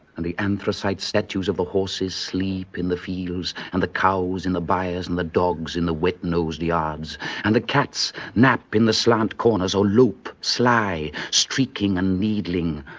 and the anthracite statues of the horses sleep in the fields, and the cows in the byres, and the dogs in the wetnosed yards and the cats nap in the slant corners or lope sly, streaking and needling,